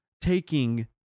taking